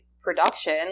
production